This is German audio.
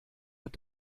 hat